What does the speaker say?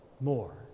more